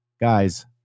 guys